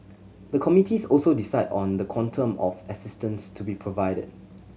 the committees also decide on the quantum of assistance to be provided